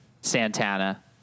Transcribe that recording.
Santana